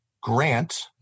grant